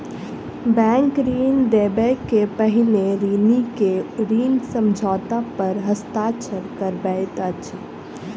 bank ऋण देबअ के पहिने ऋणी के ऋण समझौता पर हस्ताक्षर करबैत अछि